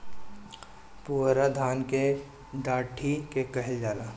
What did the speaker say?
पुअरा धान के डाठी के कहल जाला